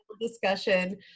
discussion